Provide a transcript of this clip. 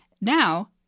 Now